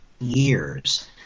years